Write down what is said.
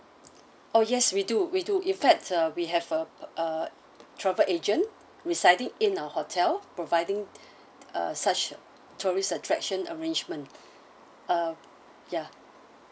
oh yes we do we do in fact uh we have a pa~ uh travel agent residing in a hotel providing uh such tourist attraction arrangement uh ya